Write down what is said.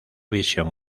visión